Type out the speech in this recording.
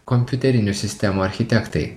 kompiuterinių sistemų architektai